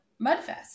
Mudfest